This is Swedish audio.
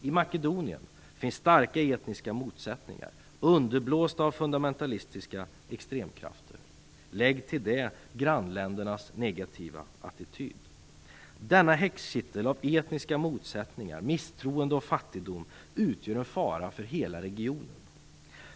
I Makedonien finns starka etniska motsättningar, underblåsta av fundamentalistiska extremkrafter. Lägg till detta grannländernas negativa attityd! Denna häxkittel av etniska motsättningar, misstroende och fattigdom utgör en fara för hela regionen.